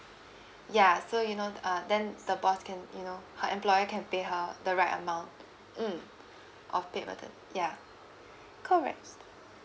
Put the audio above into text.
ya so you know uh then the boss can you know her employer can pay her the right amount mm or pay her the ya correct